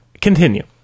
Continue